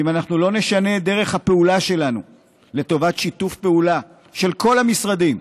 אם אנחנו לא נשנה את דרך הפעולה שלנו לטובת שיתוף פעולה של כל המשרדים,